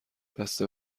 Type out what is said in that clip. بسته